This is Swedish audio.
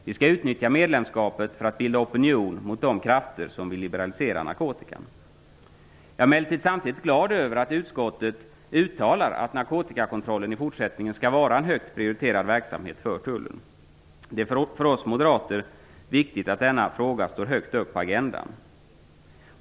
Vi skall utnyttja medlemskapet för att bilda opinion mot de krafter som vill liberalisera narkotikan. Jag är samtidigt glad över att utskottet uttalar att narkotikakontrollen i fortsättningen skall vara en högt prioriterad verksamhet för Tullen. Det är för oss moderater viktigt att denna fråga står högt upp på agendan.